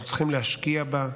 אנחנו צריכים להשקיע בה,